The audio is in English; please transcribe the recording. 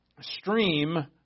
stream